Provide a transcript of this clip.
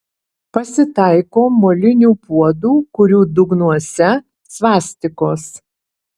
pasitaiko molinių puodų kurių dugnuose svastikos